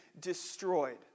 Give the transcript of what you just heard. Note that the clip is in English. destroyed